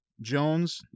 Jones